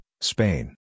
Spain